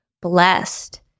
blessed